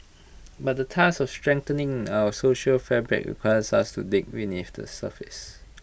but the task of strengthening our social fabric requires us to dig beneath the surface